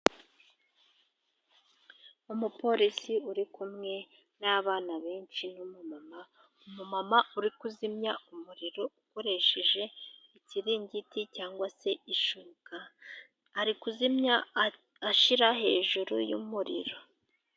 Umupolisi uri kumwe n'abana benshi n'umumama, umumama uri kuzimya umuriro akoresheje ikiringiti cyangwa se ishuka; ari kuzimya ashyira hejuru y'umuriro.